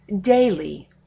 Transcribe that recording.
Daily